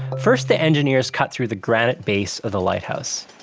first, the engineers cut through the granite base of the lighthouse.